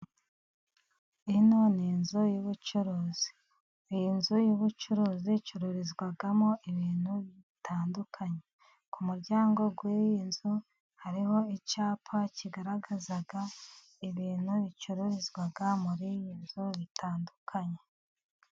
Ino ni inzu y'ubucuruzi, iyi nzu y'ubucuruzi icururizwamo ibintu bitandukanye. Ku muryango w'iyi nzu hariho icyapa kigaragaza ibintu bicururizwa muri iyi nzu bitandukanye.